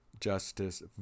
justice